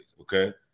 okay